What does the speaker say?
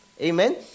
Amen